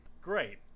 Great